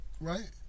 right